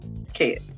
okay